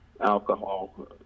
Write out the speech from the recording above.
alcohol